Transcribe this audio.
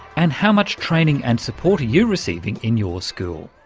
and how much training and support are you receiving in your school?